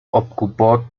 ocupó